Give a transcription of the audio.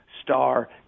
Star